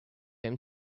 him